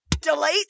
delete